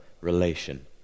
relation